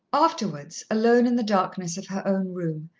afterwards, alone in the darkness of her own room,